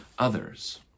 Others